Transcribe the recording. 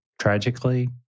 tragically